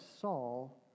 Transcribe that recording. Saul